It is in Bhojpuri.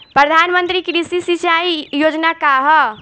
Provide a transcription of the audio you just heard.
प्रधानमंत्री कृषि सिंचाई योजना का ह?